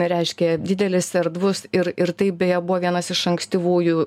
reiškia didelis erdvus ir ir tai beje buvo vienas iš ankstyvųjų